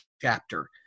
chapter